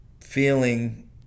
feeling